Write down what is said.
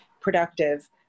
productive